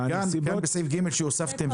לגבי סעיף (ג) שהוספתם,